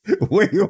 Wait